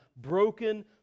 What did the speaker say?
broken